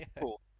cool